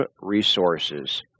resources